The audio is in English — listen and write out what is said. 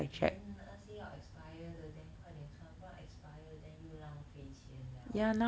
then 那些要 expire 的 then 快点穿不然 expire then 又浪费钱 liao